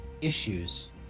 issues